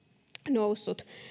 noussut